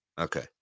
Okay